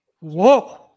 Whoa